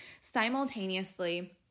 simultaneously